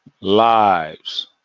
lives